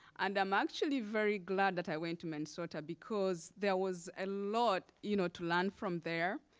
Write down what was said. and i'm actually very glad that i went to minnesota because there was a lot you know to learn from there.